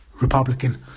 republican